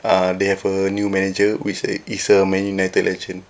uh they have a new manager which like is a man united legend